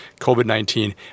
COVID-19